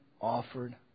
offered